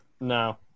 No